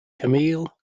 camille